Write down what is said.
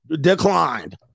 Declined